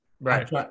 right